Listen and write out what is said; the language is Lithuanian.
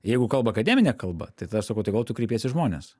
jeigu kalba akademine kalba tai tada aš sakau tai kodėl tu kreipiesi į žmones